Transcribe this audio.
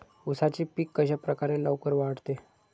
उसाचे पीक कशाप्रकारे लवकर वाढते?